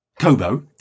Kobo